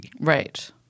right